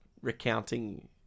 recounting